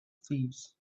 thieves